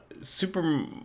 super